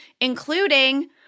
including –